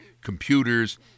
computers